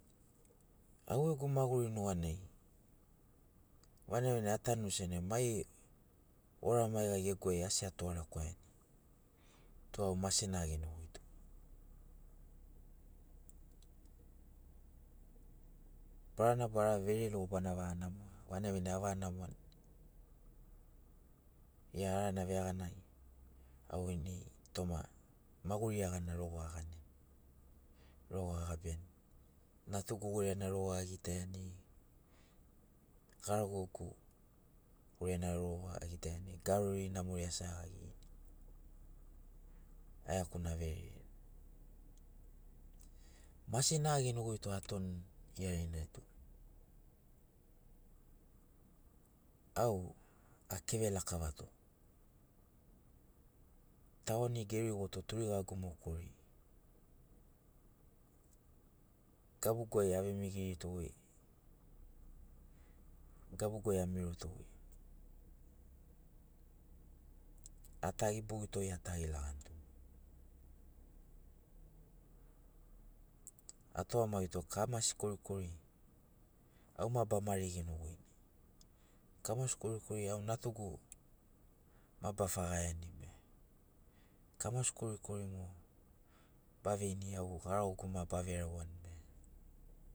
Au gegu maguri nuganai vanagi vanagi atanuni sena mai ora maiga gegu ai asi gatugarekwaiani tu au mase na agenogoito barana bara au vere logo bana va namoa vanagi vanagi avaga namoani iana arana veaganai au ini toma maguri iagana rogo aganiani rogo agabiani natugu goirana rogo agitaiani garagogu rogo agitaiani garori namori asagagini aeakuni averereni mase na agenogoito atoni diarinai tu au akeve lakavato tauanigu erigoto turigagu mo koriri gabugu ai avemigiritogoi gabugu ai amirotogoi atagi bogito atagi laganito atugamagito kamasi korikori au ma ba mari genogoini kamasi korikori au natugu ma bafagaiani be kamasi korikori au garagogu ma ba verauani be